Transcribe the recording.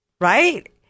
Right